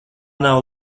nav